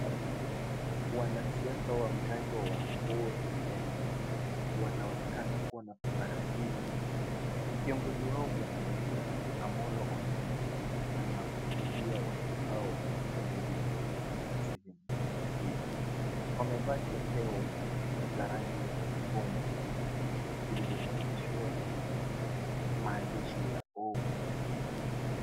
Wanasiasa wa mlango wa ODM wanaonekana kuwa na furaha nyingi. Kiongozi wao bwana Raila Amollo Odinga anahutubia watu hao waliojumuika katika sehemu hiyo. Wamevaa chepeo za rangi ya chungwa zilizochapishwa maandishi ya ODM.